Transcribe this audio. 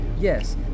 Yes